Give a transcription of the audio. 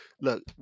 look